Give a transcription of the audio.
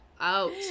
out